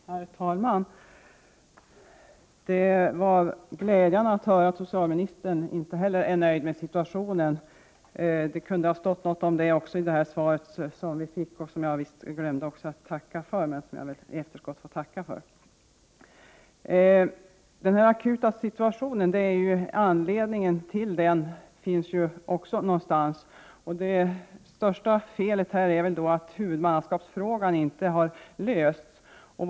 Herr talman! Det var glädjande att höra att inte heller socialministern är nöjd med situationen. Det kunde ha stått någonting om det i svaret — som jag visst glömde att tacka för; jag tackar i efterskott. Anledningen till den akuta situationen finns ju någonstans. Det största felet är väl att huvudmannaskapsfrågan inte har lösts.